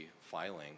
filing